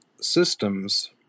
systems